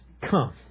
come